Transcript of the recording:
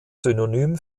synonym